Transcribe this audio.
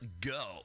go